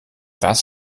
das